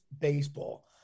baseball